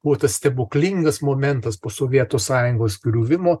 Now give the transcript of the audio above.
buvo tas stebuklingas momentas po sovietų sąjungos griuvimo